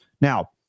Now